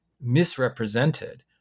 misrepresented